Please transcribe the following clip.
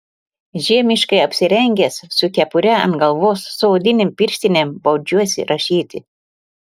žiemiškai apsirengęs su kepure ant galvos su odinėm pirštinėm baudžiuosi rašyti